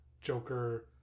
Joker